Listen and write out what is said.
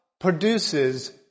produces